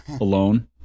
alone